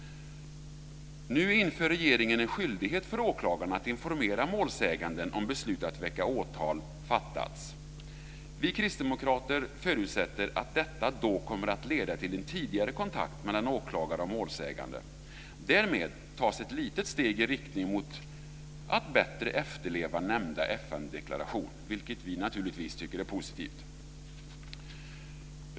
Nu inför regeringen en skyldighet för åklagaren att informera målsäganden om beslut att väcka åtal fattats. Vi kristdemokrater förutsätter att detta då kommer att leda till en tidigare kontakt mellan åklagare och målsägande. Därmed tas ett litet steg i riktning mot att bättre efterleva nämnda FN-deklaration, vilket vi naturligtvis tycker är positivt.